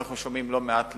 ואנחנו שומעים לא מעט תלונות,